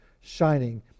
shining